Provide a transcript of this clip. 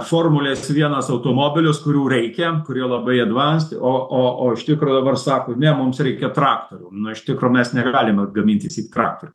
formulės vienas automobilius kurių reikia kurie labai advanced o o o iš tikro dabar mum sako ne mums reikia traktorių nu iš tikro mes negalim juos gamintis į traktorių